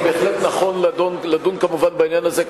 אני בהחלט נכון לדון כמובן בעניין הזה,